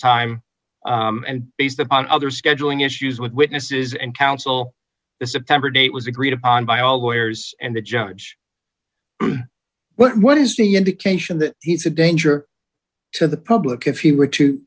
time and based upon other scheduling issues with witnesses and counsel the september date was agreed upon by all lawyers and the judge well what is the indication that he's a danger to the public if he were to